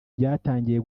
byatangiye